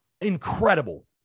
incredible